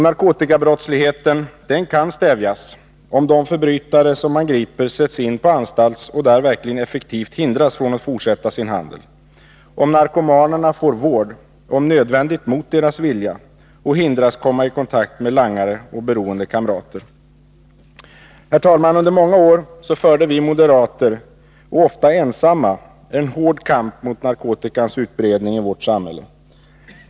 Narkotikabrottsligheten kan stävjas, om de förbrytare som man griper sätts in på anstalt och där verkligen effektivt hindras att fortsätta sin handel, om narkomanerna får vård — om nödvändigt mot deras vilja — och hindras komma i kontakt med langare och beroende kamrater. Herr talman! Under många år förde vi moderater — ofta ensamma — en hård kamp mot narkotikans utbredning i vårt samhälle.